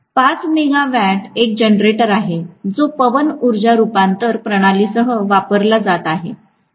5 megawatt एक generator आहे जो पवन ऊर्जा रूपांतरण प्रणालीसह वापरला जात आहे